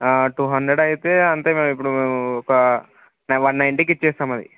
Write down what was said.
two hundred అయితే అంతే మేమిప్పుడు ఒక నైన్ వన్ నైన్టీకిచ్చేస్తామది